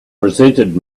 presented